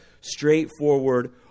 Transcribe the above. straightforward